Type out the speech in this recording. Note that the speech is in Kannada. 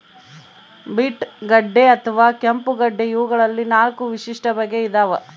ಬೀಟ್ ಗಡ್ಡೆ ಅಥವಾ ಕೆಂಪುಗಡ್ಡೆ ಇವಗಳಲ್ಲಿ ನಾಲ್ಕು ವಿಶಿಷ್ಟ ಬಗೆ ಇದಾವ